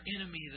enemy